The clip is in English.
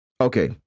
Okay